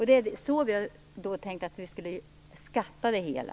Det är så vi har tänkt oss det hela.